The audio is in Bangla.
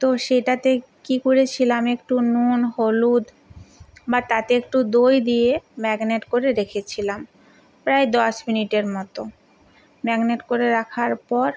তো সেটাতে কী করেছিলাম একটু নুন হলুদ বা তাতে একটু দই দিয়ে ম্যাগনেট করে রেখেছিলাম প্রায় দশ মিনিটের মতো ম্যাগনেট করে রাখার পর